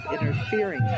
interfering